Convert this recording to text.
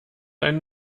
ein